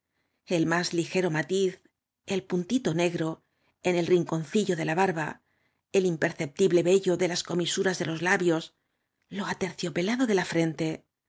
el más libero matiz el puqtito nero en el rinconcillo de la barba el imper ceptible vello de las comisuras de los labios to aterciopelado de ta rente